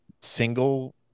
single